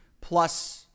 plus